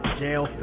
jail